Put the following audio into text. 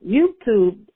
YouTube